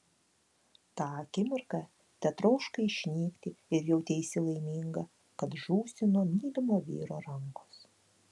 tą akimirką tetroškai išnykti ir jauteisi laiminga kad žūsi nuo mylimo vyro rankos